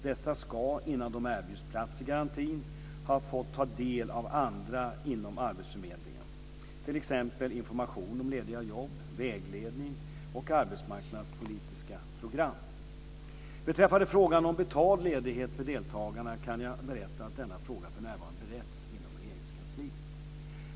Dessa ska, innan de erbjuds plats i garantin, ha fått ta del av andra insatser inom arbetsförmedlingen, t.ex. information om lediga jobb, vägledning och arbetsmarknadspolitiska program. Beträffande frågan om betald ledighet för deltagarna kan jag berätta att denna fråga för närvarande bereds inom Regeringskansliet.